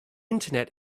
internet